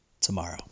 tomorrow